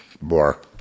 more